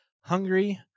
Hungry